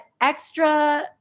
extra